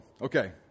Okay